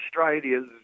Australia